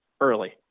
early